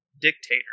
dictator